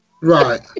right